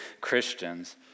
Christians